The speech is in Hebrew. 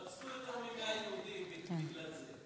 רצחו יותר מ-100 יהודים בגלל זה.